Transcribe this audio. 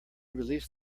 released